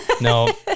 no